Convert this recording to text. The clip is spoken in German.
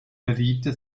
bediente